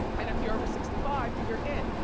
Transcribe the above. and if you're over sixty five, you're in.